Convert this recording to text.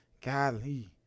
golly